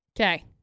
Okay